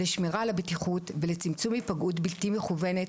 לשמירה על הבטיחות ולצמצום היפגעות בלתי מכוונת,